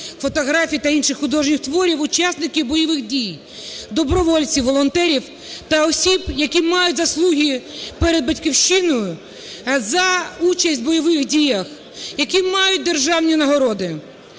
(фотографій та інших художніх творів) учасників бойових дій, добровольців, волонтерів та осіб, які мають заслуги перед Батьківщиною за участь у бойових діях, які мають державні нагороди.